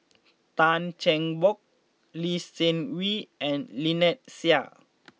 Tan Cheng Bock Lee Seng Wee and Lynnette Seah